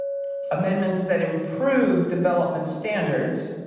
amendments that improve development standards,